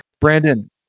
Brandon